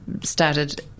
started